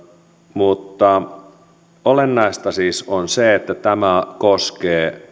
mutta olennaista siis on se että tämä koskee